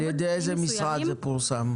על ידי איזה משרד זה פורסם?